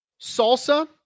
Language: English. Salsa